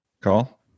call